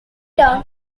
down